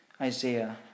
Isaiah